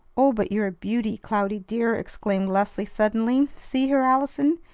oh, but you're a beauty, cloudy, dear! exclaimed leslie suddenly. see her, allison!